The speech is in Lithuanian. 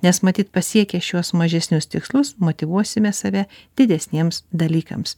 nes matyt pasiekę šiuos mažesnius tikslus motyvuosime save didesniems dalykams